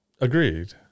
Agreed